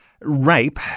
rape